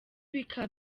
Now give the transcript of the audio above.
bikaba